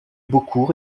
beaucourt